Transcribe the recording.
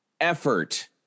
effort